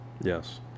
Yes